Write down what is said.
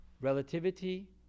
Relativity